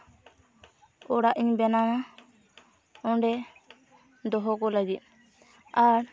ᱚᱲᱟᱜ ᱤᱧ ᱵᱮᱱᱟᱣᱟ ᱚᱸᱰᱮ ᱫᱚᱦᱚ ᱠᱚ ᱞᱟᱹᱜᱤᱫ ᱟᱨ